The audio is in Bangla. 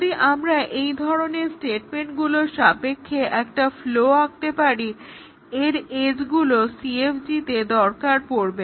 যদি আমরা এই ধরণের স্টেটেমেন্টগুলোর সাপেক্ষে একটা ফ্লো আঁকতে পারি এর এজগুলো CFG তে দরকার পড়বে